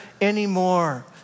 anymore